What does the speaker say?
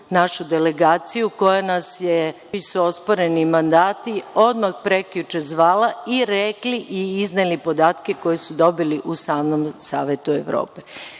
našu delegaciju, čiji su osporeni mandati, odmah prekjuče zvala i rekli i izneli podatke koji su dobili u samom Savetu Evrope. Svi